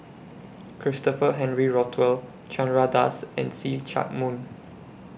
Christopher Henry Rothwell Chandra Das and See Chak Mun